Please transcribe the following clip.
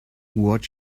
what